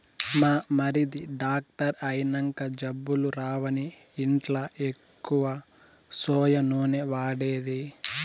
మా మరిది డాక్టర్ అయినంక జబ్బులు రావని ఇంట్ల ఎక్కువ సోయా నూనె వాడేది